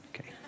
Okay